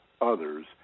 others